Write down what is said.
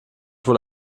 wohl